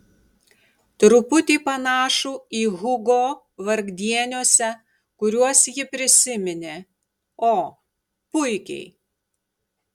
truputį panašų į hugo vargdieniuose kuriuos ji prisiminė o puikiai